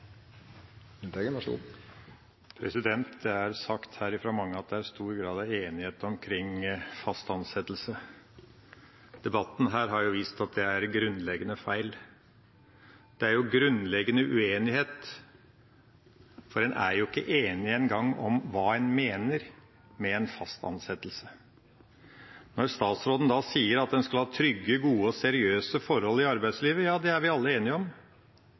vist at det er grunnleggende feil. Det er jo grunnleggende uenighet, for en er ikke enige engang om hva en mener med fast ansettelse. Statsråden sier at en skal ha trygge, gode og seriøse forhold i arbeidslivet. Ja, det er vi alle enige om.